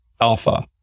alpha